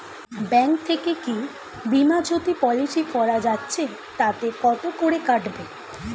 Bank থেকে কী বিমাজোতি পলিসি করা যাচ্ছে তাতে কত করে কাটবে?